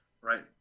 right